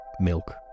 milk